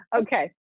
Okay